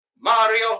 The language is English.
Mario